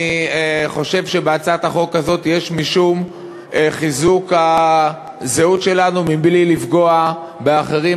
אני חושב שבהצעת החוק הזאת יש משום חיזוק הזהות שלנו בלי לפגוע באחרים,